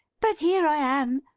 but here i am!